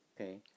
Okay